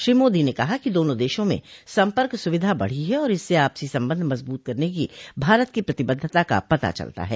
श्री मोदी ने कहा कि दोनों देशों में सम्पर्क सुविधा बढ़ी है और इससे आपसी संबंध मजबूत करने की भारत की प्रतिबद्धता का पता चलता है